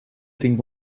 tinc